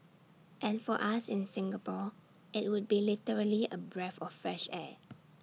and for us in Singapore IT would be literally A breath of fresh air